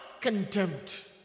contempt